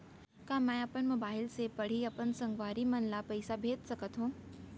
का मैं अपन मोबाइल से पड़ही अपन संगवारी मन ल पइसा भेज सकत हो?